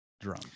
drum